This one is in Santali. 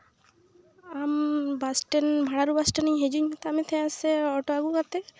ᱟᱢ ᱵᱟᱥ ᱴᱮᱱᱰ ᱵᱷᱟᱲᱟᱨ ᱵᱷᱟᱥ ᱴᱮᱱᱰ ᱦᱤᱡᱩᱜ ᱤᱧ ᱢᱮᱛᱟᱫ ᱢᱮ ᱛᱟᱦᱮᱸᱜᱼᱟ ᱥᱮ ᱚᱴᱳ ᱟᱜᱩ ᱠᱟᱛᱮ